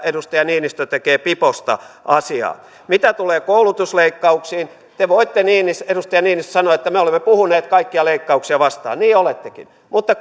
nyt edustaja niinistö tekee piposta asiaa mitä tulee koulutusleikkauksiin te voitte edustaja niinistö sanoa että me olemme puhuneet kaikkia leikkauksia vastaan niin olettekin mutta